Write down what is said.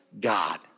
God